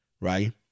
right